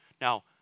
Now